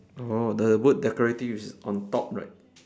oh the word decorative is on top right